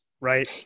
right